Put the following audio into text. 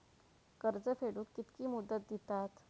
कर्ज फेडूक कित्की मुदत दितात?